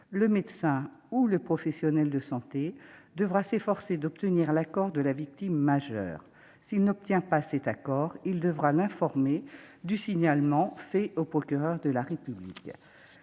Le médecin ou le professionnel de santé devra s'efforcer d'obtenir l'accord de la victime majeure. S'il ne l'obtient pas, il devra l'informer du signalement fait au procureur de la République.